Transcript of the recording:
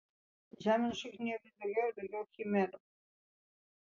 žemėn šokinėjo vis daugiau ir daugiau chimerų